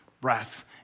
breath